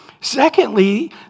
Secondly